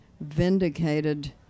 vindicated